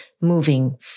moving